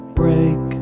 break